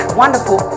wonderful